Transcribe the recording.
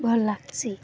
ଭଲ୍ ଲାଗ୍ସି